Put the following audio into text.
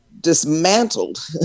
dismantled